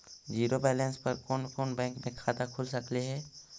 Zero balance पर कोन कोन बैंक में खाता खुल सकले हे?